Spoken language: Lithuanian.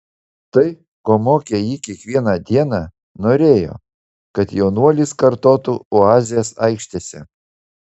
tai ko mokė jį kiekvieną dieną norėjo kad jaunuolis kartotų oazės aikštėse